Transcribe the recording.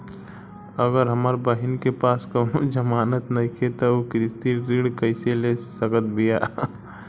अगर हमार बहिन के पास कउनों जमानत नइखें त उ कृषि ऋण कइसे ले सकत बिया?